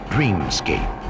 Dreamscape